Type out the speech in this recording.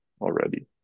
already